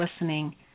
listening